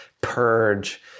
purge